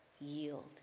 yield